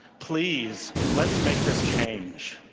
please, let's make this change.